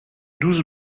douze